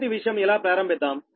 మొదటి విషయం ఇలా ప్రారంభిద్దాం